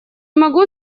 могу